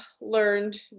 learned